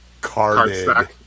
carded